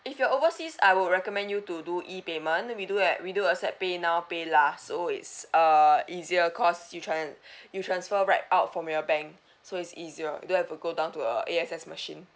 if you're overseas I would recommend you to do E payment we do have we do accept paynow paylah so it's uh easier cause you tran~ you transfer right out from your bank so it's easier you don't have to go down to a A_S_F machine